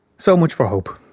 so much for hope.